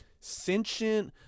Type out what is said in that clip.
sentient